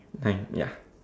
nine ya